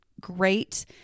great